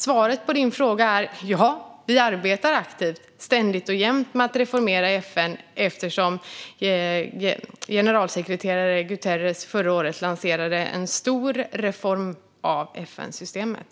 Svaret på din fråga, Lars Adaktusson, är: Ja, vi arbetar aktivt, ständigt och jämt, med att reformera FN eftersom generalsekreterare Guterres förra året lanserade en stor reform av FN-systemet.